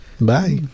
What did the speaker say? Bye